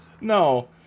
No